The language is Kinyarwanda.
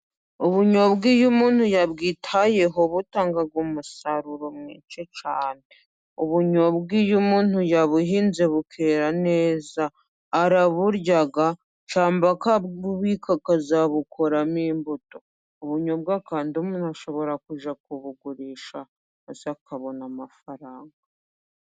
Ubunyobwa iyo umuntu yabwitayeho butanga umusaruro mwinshi cyane. Ubunyobwa iyo umuntu yabuhinze bukera neza, araburya cyangwa akabubika kazabukoramo imbuto. Ubunyobwa kandi umuntu ashobora kujya kubugurisha maze akabona amafaranga.